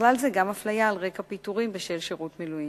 ובכלל זה גם לאפליה על רקע פיטורים בשל שירות מילואים.